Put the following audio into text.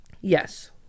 yes